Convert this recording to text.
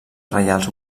reials